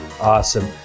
Awesome